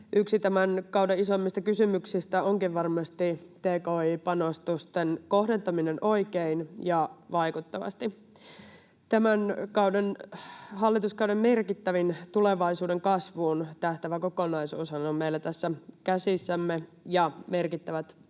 Yksi tämän kauden isoimmista kysymyksistä onkin varmasti tki-panostusten kohdentaminen oikein ja vaikuttavasti. Tämän hallituskauden merkittävin tulevaisuuden kasvuun tähtäävä kokonaisuushan on meillä tässä käsissämme ja merkittävät